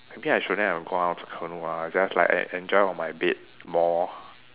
maybe I shouldn't have gone out to canoe I just like en~ enjoy on my bed a while more